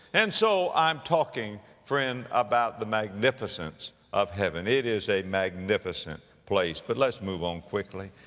and so i'm talking, friend, about the magnificence of heaven. it is a magnificent place. but let's move on quickly.